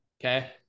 Okay